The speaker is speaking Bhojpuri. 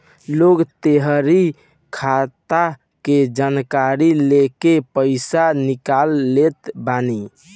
लोग तोहरी खाता के जानकारी लेके पईसा निकाल लेत बाने